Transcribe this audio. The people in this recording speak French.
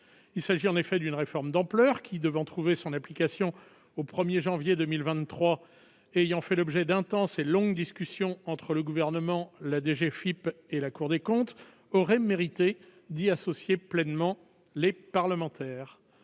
il s'agit en effet d'une réforme d'ampleur qui devait trouver son application au 1er janvier 2023 ayant fait l'objet d'intenses et longues discussions entre le gouvernement, la DGFIP et la Cour des comptes auraient mérité d'y associer pleinement les parlementaires,